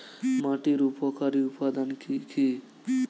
মাটির উপকারী উপাদান কি কি?